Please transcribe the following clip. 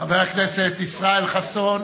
חבר הכנסת ישראל חסון,